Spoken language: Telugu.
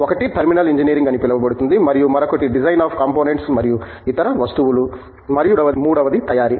ఒకటి టెర్మినల్ ఇంజనీరింగ్ అని పిలువబడుతుంది మరియు మరొకటి డిజైన్ ఆఫ్ కాంపోనెంట్స్ మరియు ఇతర వస్తువులు మరియు మూడవది తయారీ